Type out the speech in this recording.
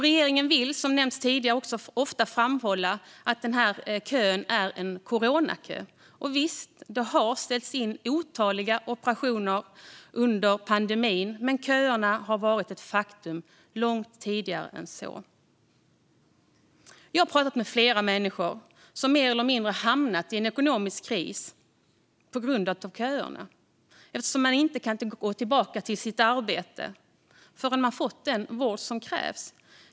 Regeringen vill, som nämnts tidigare, ofta framhålla att den här kön är en coronakö. Visst har det ställts in otaliga operationer under pandemin, men köerna var ett faktum långt tidigare än så. Jag har pratat med flera människor som mer eller mindre hamnat i ekonomisk kris på grund av köerna, eftersom man inte kan gå tillbaka till sitt arbete förrän man fått den vård som krävs.